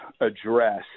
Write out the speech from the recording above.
address